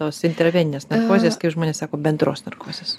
tos intraveninės narkozės kaip žmonės sako bendros narkozės